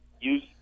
use